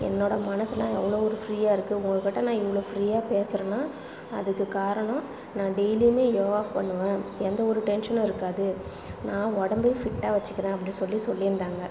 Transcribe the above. என்னோடய மனசெலாம் அவ்வளோ ஒரு ஃப்ரீயாக இருக்குது உங்ககிட்ட நான் இவ்வளோ ஃப்ரீயாக பேசுகிறேன்னா அதுக்கு காரணம் நான் டெய்லியுமே யோகா பண்ணுவேன் எந்த ஒரு டென்ஷனும் இருக்காது நான் உடம்பையும் ஃபிட்டாக வச்சிக்கிறேன் அப்படின்னு சொல்லி சொல்லிருந்தாங்க